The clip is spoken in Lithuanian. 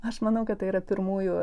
aš manau kad tai yra pirmųjų